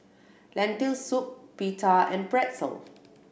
Lentil Soup Pita and Pretzel